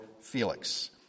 Felix